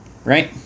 Right